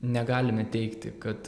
negalime teigti kad